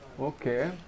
Okay